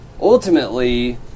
ultimately